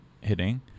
hitting